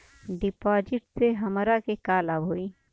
डिपाजिटसे हमरा के का लाभ होई?